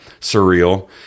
surreal